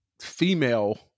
female